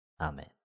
Amen